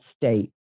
state